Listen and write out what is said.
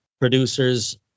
Producers